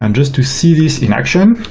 and just to see this in action,